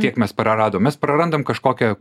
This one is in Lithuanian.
kiek mes praradom mes prarandam kažkokią